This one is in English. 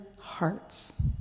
hearts